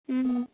ও